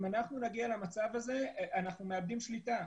אם אנחנו נגיע למצב הזה, אנחנו מאבדים שליטה.